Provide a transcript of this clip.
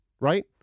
right